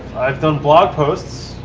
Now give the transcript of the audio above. i've done blog posts,